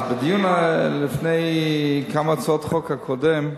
בדיון לפני כמה הצעות חוק, הקודם,